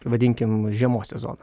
vadinkim žiemos sezoną